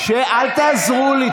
אל תעזרו לי.